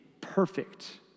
perfect